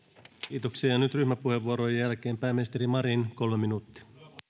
ja nyt ryhmäpuheenvuorojen jälkeen pääministeri marin kolme minuuttia